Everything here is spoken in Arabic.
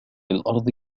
الأرض